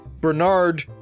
Bernard